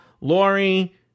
Lori